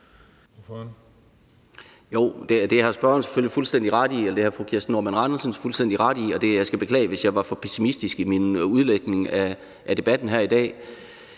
Peder Hvelplund (EL): Jo, det har fru Kisten Normann Andersen selvfølgelig fuldstændig ret i. Og jeg skal beklage, hvis jeg var for pessimistisk i min udlægning af debatten her i dag.